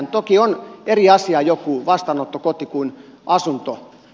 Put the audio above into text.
toki on eri asia joku vastaanottokoti kuin asuntoinvestointi